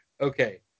Okay